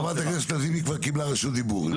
חברת הכנסת לזימי כבר קיבלה רשות דיבור.